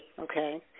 okay